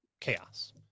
chaos